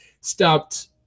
stopped